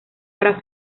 para